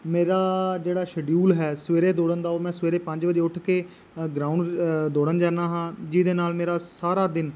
ਮੇਰਾ ਜਿਹੜਾ ਸ਼ੈਡਿਊਲ ਹੈ ਸਵੇਰੇ ਦੌੜਨ ਦਾ ਉਹ ਮੈਂ ਸਵੇਰੇ ਪੰਜ ਵਜੇ ਉੱਠ ਕੇ ਗਰਾਊਂਡ ਦੌੜਨ ਜਾਂਦਾ ਹਾਂ ਜਿਹਦੇ ਨਾਲ ਮੇਰਾ ਸਾਰਾ ਦਿਨ